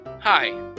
hi